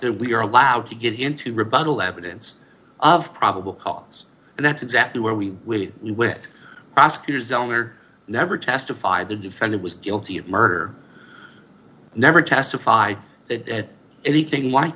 that we are allowed to get into rebuttal evidence of probable cause and that's exactly where we need wit prosecutors owner never testified the defendant was guilty of murder never testified it anything like